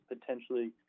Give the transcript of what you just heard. potentially